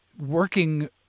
working